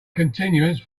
continuance